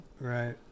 Right